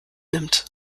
nimmt